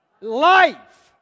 life